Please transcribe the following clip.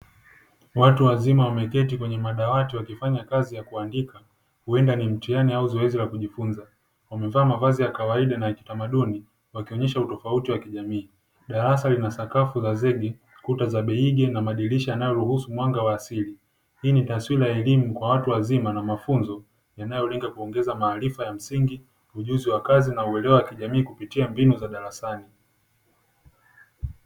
Watu wazima wameketi kwenye madawati wakifanya kazi ya kuandika, huenda ni mtihani au zoezi la kijifunza. Wamevaa mavazi ya kawaida na ya kitamaduni wakionyesha utofauti wa kijamii. Darasa lina sakafu za zege, kuta za beige na madirisha yanayoruhusu mwanga wa asili. Hii ni taswira ya elimu kwa watu wazima na mafunzo; yanayolenga kuongeza maarifa ya msingi, ujuzi wa kazi na uelewa wa kijamii kupitia mbinu za darasani.